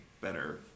better